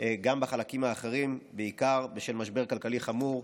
גם בחלקים האחרים, בעיקר בשל משבר כלכלי חמור,